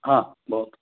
हा भवतु